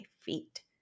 feet